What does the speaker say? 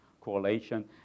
correlation